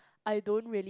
I don't really